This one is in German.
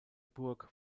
burg